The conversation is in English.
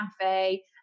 cafe